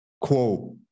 quote